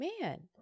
man